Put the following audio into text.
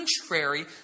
contrary